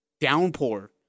downpour